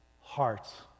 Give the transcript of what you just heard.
hearts